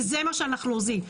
זה מה שאנחנו עושים.